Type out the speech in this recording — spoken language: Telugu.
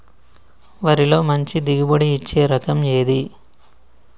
వరిలో మంచి దిగుబడి ఇచ్చే రకం ఏది?